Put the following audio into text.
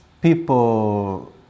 people